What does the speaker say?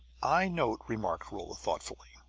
i note, remarked rolla thoughtfully,